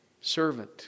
Servant